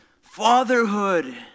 fatherhood